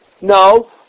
No